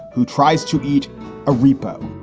who tries to eat a repo.